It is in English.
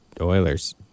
Oilers